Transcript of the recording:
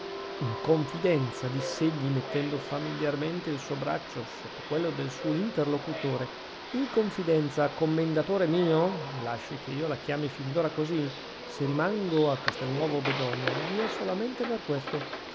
in confidenza diss'egli mettendo familiarmente il suo braccio sotto quello del suo interlocutore in confidenza commendatore mio lasci che io la chiami fin d'ora così se rimango a castelnuovo bedonia gli è solamente per questo